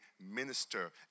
minister